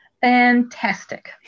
Fantastic